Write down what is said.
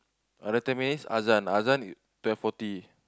other ten minute azan azan you twelve forty